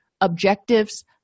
objectives